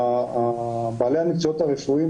שבעלי המקצועות הרפואיים,